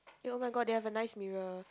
eh oh my god they have a nice mirror